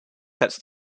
cuts